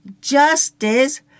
justice